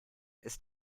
ist